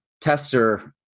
tester